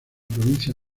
provincia